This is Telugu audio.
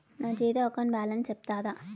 నా జీరో అకౌంట్ బ్యాలెన్స్ సెప్తారా?